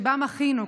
שבה מחינו,